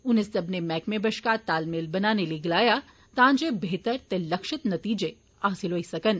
उनें सब्बने मैहकमें बश्कार तालमेल बनाने लेई गलाया तां जे बेहतर ते लक्ष्ति नतीजे हासिल होई सकन